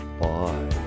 Bye